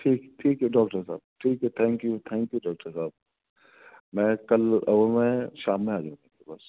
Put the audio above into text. ٹھیک ٹھیک ہے ڈاکٹر صاحب ٹھیک ہے thank you thank you doctor صاحب میں کل وہ میں شام میں آ جاتا ہوں بس